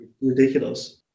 ridiculous